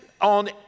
on